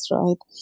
right